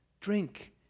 drink